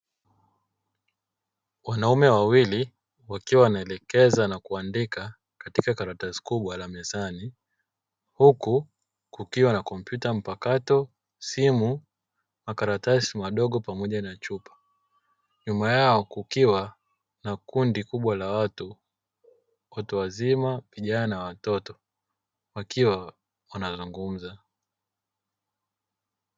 Wanaume wawili wakiwa wanaelekeza na kuandika katika karatasi darasani huku kukiwa na kompyuta mpakato simu na makaratasi madogo pamoja na chupa nyuma yao kukiwa na kundi la watu wazima, vijana na watoto wakiwa wanazungumza.